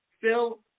Phil